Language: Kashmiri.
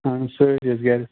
اَہَن حظ سٲرِی حظ گَرِ